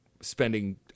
spending